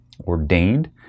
ordained